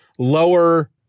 lower